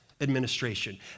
administration